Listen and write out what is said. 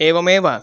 एवमेव